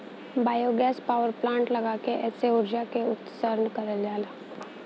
biogas power plant लगा के एसे उर्जा के उत्सर्जन करल जाला